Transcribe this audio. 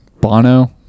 Bono